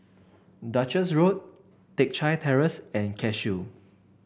Duchess Road Teck Chye Terrace and Cashew